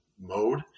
mode